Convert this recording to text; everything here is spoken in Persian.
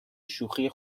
شوخی